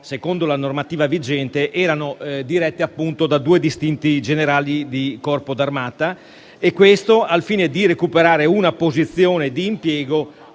secondo la normativa vigente - erano dirette appunto da due distinti generali di corpo d'armata. Questo al fine di recuperare una posizione di impiego